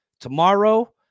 tomorrow